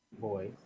boys